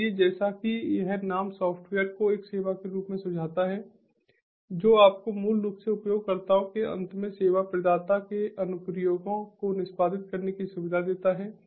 इसलिए जैसा कि यह नाम सॉफ्टवेयर को एक सेवा के रूप में सुझाता है जो आपको मूल रूप से उपयोगकर्ताओं के अंत में सेवा प्रदाता के अनुप्रयोगों को निष्पादित करने की सुविधा देता है